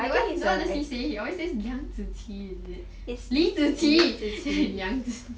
wait what does he say he always say liang zi qi is it li zi qi